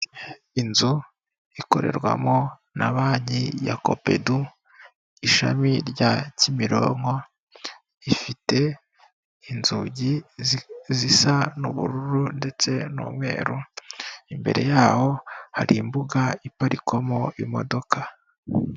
Inzu ikorerwamo na Banki ya Kopedu ishami rya Kimironko ifite inzugi zisa n'ubururu ndetse n'umweru imbere yaho hari imbuga iparikwamo imodoka.